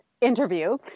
interview